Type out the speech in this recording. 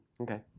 Okay